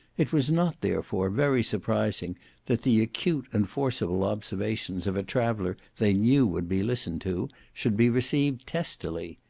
it was not, therefore, very surprising that the acute and forcible observations of a traveller they knew would be listened to, should be received testily.